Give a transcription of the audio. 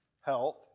health